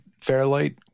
Fairlight